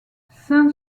saint